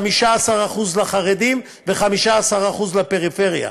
15% לחרדים ו-15% לפריפריה,